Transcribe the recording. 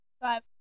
Five